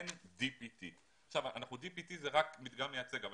אין DPT. ה-DPT הוא רק מדגם מייצג אבל